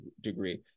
degree